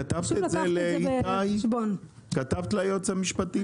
כתבת את זה ליועץ המשפטי?